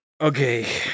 Okay